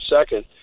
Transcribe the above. second